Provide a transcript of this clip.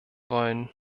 wollen